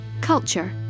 culture